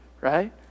right